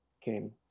came